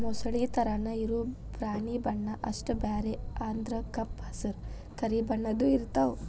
ಮೊಸಳಿ ತರಾನ ಇರು ಪ್ರಾಣಿ ಬಣ್ಣಾ ಅಷ್ಟ ಬ್ಯಾರೆ ಅಂದ್ರ ಕಪ್ಪ ಹಸರ, ಕರಿ ಬಣ್ಣದ್ದು ಇರತಾವ